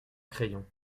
crayon